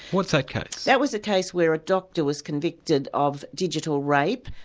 what's that case? that was the case where a doctor was convicted of digital rape,